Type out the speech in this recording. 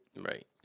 Right